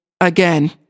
Again